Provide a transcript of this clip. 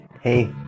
Hey